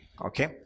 okay